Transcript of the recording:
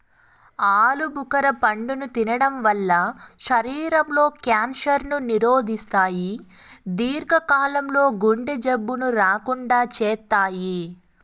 ఆలు భుఖర పండును తినడం వల్ల శరీరం లో క్యాన్సర్ ను నిరోధిస్తాయి, దీర్ఘ కాలం లో గుండె జబ్బులు రాకుండా చేత్తాయి